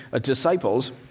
disciples